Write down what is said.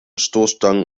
stoßstangen